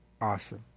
Awesome